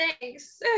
thanks